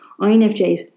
INFJs